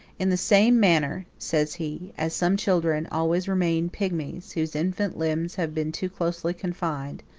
in the same manner, says he, as some children always remain pygmies, whose infant limbs have been too closely confined,